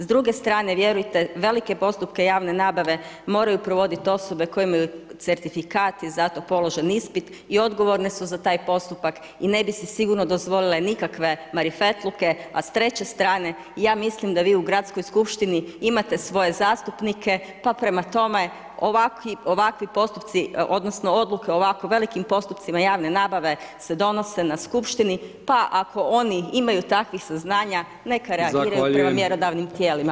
S druge strane, vjerujte, velike postupke javne nabave moraju provodit osobe koje imaju certifikat i za to položen ispit i odgovorne su za taj postupak i ne bi si sigurno dozvolile nikakve marifetluke, a s treće strane ja mislim da vi u Gradskoj skupštini imate svoje zastupnike, pa prema tome ovakvi postupci odnosno odluke o ovako velikim postupcima javne nabave se donose na skupštini, pa ako oni imaju takvih saznanja, neka reagiraju [[Upadica: Zahvaljujem…]] prema mjerodavnim tijelima.